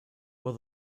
will